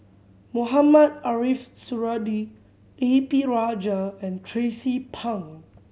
Mohamed Ariff Suradi A P Rajah and Tracie Pang